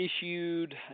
issued